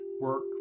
work